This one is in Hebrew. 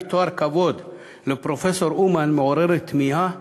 תואר דוקטור לשם כבוד לפרופסור אומן מעוררת תמיהה